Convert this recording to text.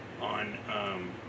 on